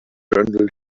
reading